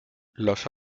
los